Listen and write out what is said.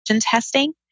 testing